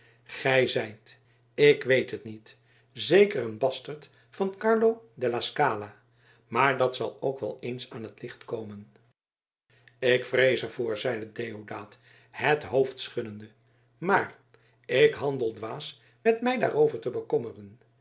gij zijt ik weet het niet zeker een basterd van carlo della scala maar dat zal ook wel eens aan t licht komen ik vrees er voor zeide deodaat het hoofd schuddende maar ik handel dwaas met mij daarover te bekommeren